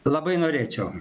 labai norėčiau